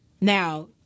Now